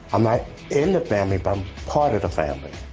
i'm not in the family, but i'm part of the family.